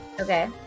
Okay